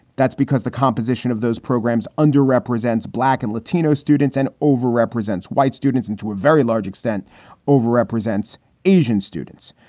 that's because the composition of those programs underrepresented black and latino students and overrepresented white students into a very large extent overrepresented asian students.